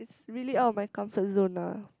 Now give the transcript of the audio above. it's really out of my comfort zone ah